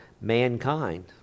mankind